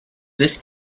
this